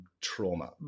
trauma